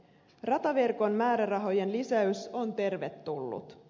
rataverkon määrärahojen lisäys on tervetullut